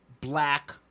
black